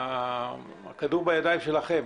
הכדור בידיים שלכם.